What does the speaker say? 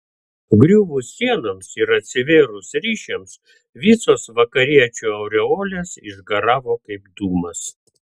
griuvus sienoms ir atsivėrus ryšiams visos vakariečių aureolės išgaravo kaip dūmas